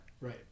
Right